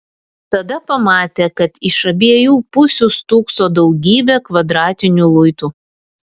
tada pamatė kad iš abiejų pusių stūkso daugybė kvadratinių luitų